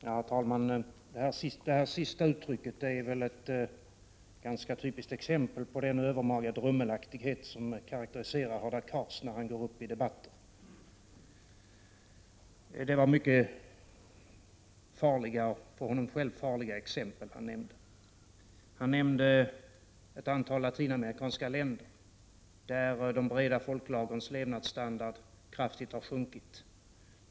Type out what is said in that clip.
Herr talman! Det senaste uttrycket är ett ganska typiskt exempel på den övermaga drumlighet som karakteriserar Hadar Cars när han går upp i debatter. Det var mycket farliga — för honom själv farliga — exempel han gav. Han nämnde ett antal latinamerikanska länder där de breda folklagrens 147 levnadsstandard kraftigt har sjunkit.